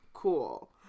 cool